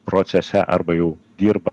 procese arba jau dirba